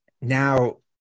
now